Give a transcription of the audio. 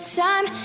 time